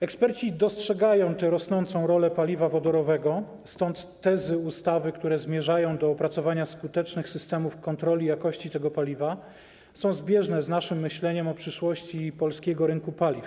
Eksperci dostrzegają rosnącą rolę paliwa wodorowego, stąd tezy ustawy, które zmierzają do opracowania skutecznych systemów kontroli jakości tego paliwa, są zbieżne z naszym myśleniem o przyszłości polskiego rynku paliw.